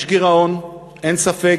יש גירעון, אין ספק.